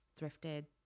thrifted